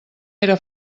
era